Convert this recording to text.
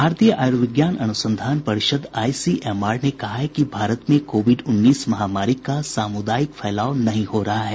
भारतीय आयुर्विज्ञान अनुसंधान परिषद आईसीएमआर ने कहा है कि भारत में कोविड उन्नीस महामारी का सामुदायिक फैलाव नहीं हो रहा है